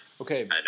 Okay